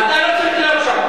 אתה לא צריך להיות שם.